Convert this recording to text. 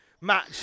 match